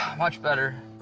much better.